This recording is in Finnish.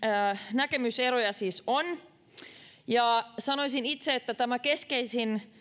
näkemyseroja siis on sanoisin itse että keskeisin